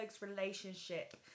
relationship